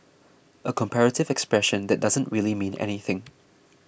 a comparative expression that doesn't really mean anything